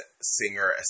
singer